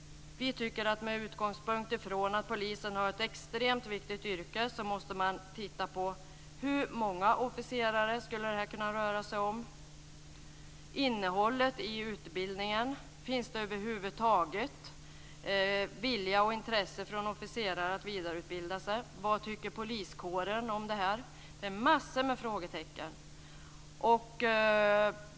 Med utgångspunkt i att polisen har ett extremt viktigt yrke måste man titta på hur många officerare som detta skulle kunna röra sig om, innehållet i utbildningen, om det över huvud taget finns vilja och intresse från officerare att vidareutbilda sig och vad poliskåren tycker om detta. Det finns mängder av frågetecken.